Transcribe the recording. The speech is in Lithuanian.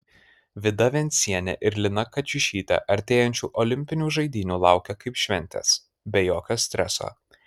vida vencienė ir lina kačiušytė artėjančių olimpinių žaidynių laukia kaip šventės be jokio streso